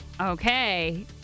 Okay